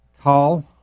call